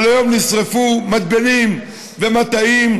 אבל היום נשרפו מתבנים ומטעים,